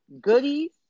Goodies